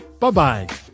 Bye-bye